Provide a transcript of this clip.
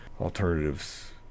alternatives